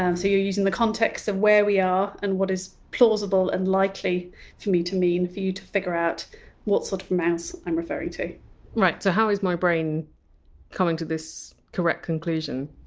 um so you're using the context of where we are and what is plausible and likely for me to mean, for you to figure out what sort of mouse i'm referring to right, so how is my brain coming to this correct conclusion?